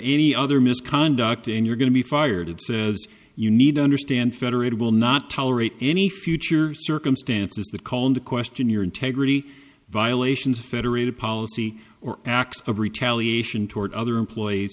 any other misconduct and you're going to be fired says you need to understand federated will not tolerate any future circumstances that call into question your integrity violations federated policy or acts of retaliation toward other employees